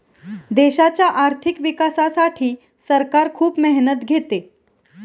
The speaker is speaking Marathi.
देशाच्या आर्थिक विकासासाठी सरकार खूप मेहनत घेते